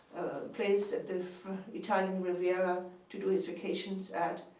place at the italian riviera to do his vacations at.